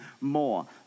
more